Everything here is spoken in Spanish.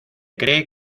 cree